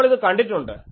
നമ്മൾ ഇത് കണ്ടിട്ടുണ്ട്